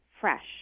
fresh